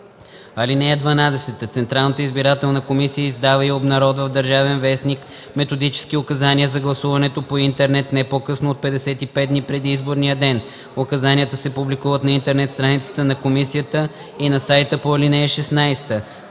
(12) Централната избирателна комисия издава и обнародва в „Държавен вестник” методически указания за гласуването по интернет не по-късно от 55 дни преди изборния ден. Указанията се публикуват на интернет страницата на комисията и на сайта по ал. 16.